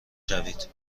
شوید